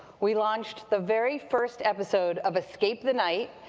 we launched the very first episode of escape the night,